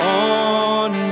on